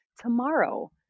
tomorrow